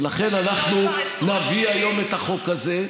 ולכן אנחנו נביא היום את החוק הזה,